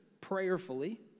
prayerfully